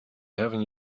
heaven